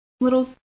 little